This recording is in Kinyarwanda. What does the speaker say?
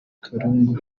karungu